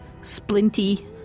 Splinty